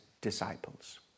disciples